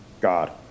God